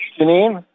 Janine